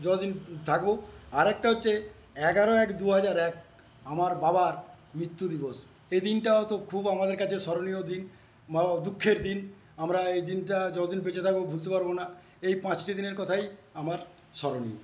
যতদিন থাকবো আরেকটা হচ্ছে এগারো এক দুহাজার এক আমার বাবার মৃত্যু দিবস এ দিনটাও তো খুব আমাদের কাছে স্মরণীয় দিন বড়ো দুঃখের দিন আমরা এইদিনটা যতদিন বেঁচে থাকবো ভুলতে পারবো না এই পাঁচটি দিনের কথাই আমার স্মরণীয়